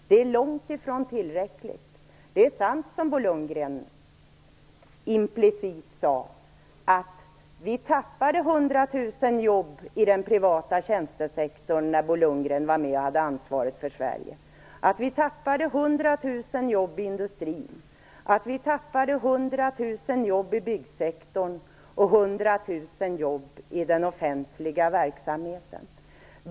Det är långt ifrån tillräckligt. Det är sant som Bo Lundgren implicit sade, att vi tappade Lundgren var med och hade ansvaret för Sverige. Vi tappade då 100 000 jobb i industrin, 100 000 jobb i byggsektorn och 100 000 jobb i den offentliga verksamheten.